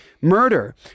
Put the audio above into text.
murder